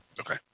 Okay